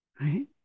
Right